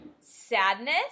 sadness